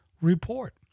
report